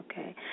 okay